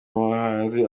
muhanzi